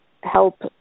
help